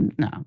No